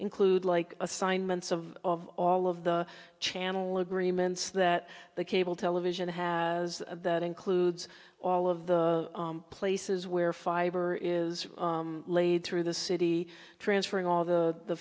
include like assignments of all of the channel agreements that the cable television has that includes all of the places where fiber is laid through the city transferring all the